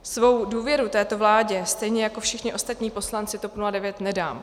Svou důvěru této vládě stejně jako všichni ostatní poslanci TOP 09 nedám.